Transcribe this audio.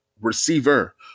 receiver